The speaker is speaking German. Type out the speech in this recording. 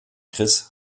chris